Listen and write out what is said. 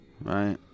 right